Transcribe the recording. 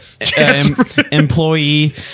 employee